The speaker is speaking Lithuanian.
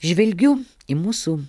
žvelgiu į mūsų